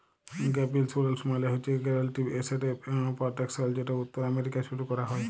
gap insurance মালে হছে guaranteed asset protection যেট উত্তর আমেরিকায় শুরু ক্যরা হ্যয়